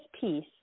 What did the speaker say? piece